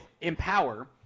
empower